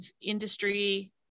industry